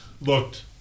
looked